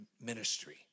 ministry